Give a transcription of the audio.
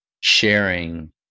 sharing